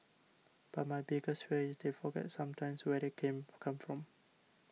but my biggest fear is they forget sometimes where they came come from